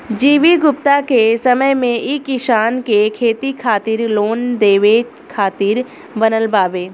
G V Gupta के समय मे ई किसान के खेती खातिर लोन देवे खातिर बनल बावे